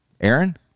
Aaron